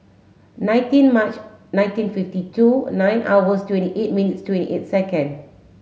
nineteen March nineteen fifty two nine hours twenty eight minutes twenty eight second